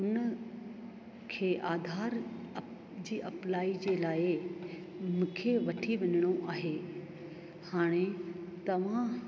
हुन खे आधार जी अप्लाई जे लाइ मूंखे वठी वञिणो आहे हाणे तव्हां